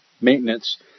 maintenance